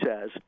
says